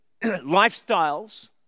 lifestyles